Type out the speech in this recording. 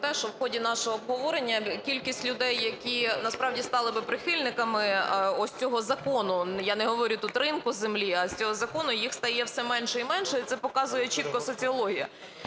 те, що в ході нашого обговорення кількість людей, які, насправді, стали би прихильниками ось цього закону, я не говорю тут ринку землі, а ось цього закону, їх стає все менше і менше, і це показує чітко соціологія.